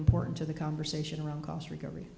important to the conversation around cost recovery